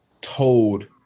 told